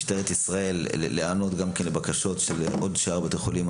משטרת ישראל להיענות לבקשות של שאר בתי החולים.